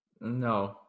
No